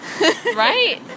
right